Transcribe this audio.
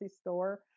store